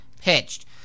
pitched